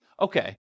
okay